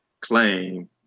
claim